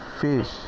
fish